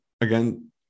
again